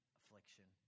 affliction